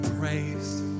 praise